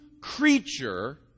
creature